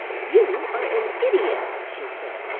you are an idiot, she said,